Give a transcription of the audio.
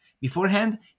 beforehand